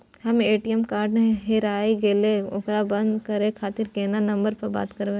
हमर ATM card हेराय गेले ओकरा बंद करे खातिर केना नंबर पर बात करबे?